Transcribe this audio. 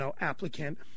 applicant